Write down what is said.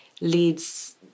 leads